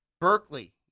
Berkeley